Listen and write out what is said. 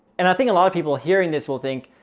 and i think a lot of people hearing this will think,